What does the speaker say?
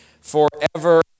forever